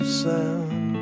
sound